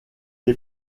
est